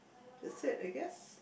that's it I guess